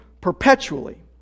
perpetually